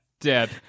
Dead